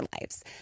lives